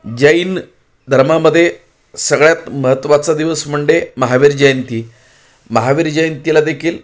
जैन धर्मामध्ये सगळ्यात महत्त्वाचा दिवस म्हणजे महावीर जयंती महावीर जयंतीला देखील